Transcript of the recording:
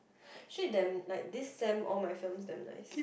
actually damn like this sem all my films damn nice